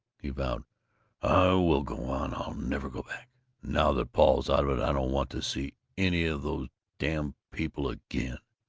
he vowed, i will go on! i'll never go back! now that paul's out of it, i don't want to see any of those damn people again!